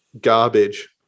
garbage